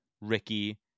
Ricky